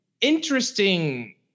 interesting